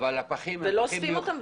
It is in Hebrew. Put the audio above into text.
ולא אוספים אותם?